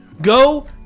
Go